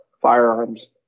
firearms